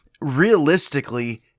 realistically